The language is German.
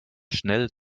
schnell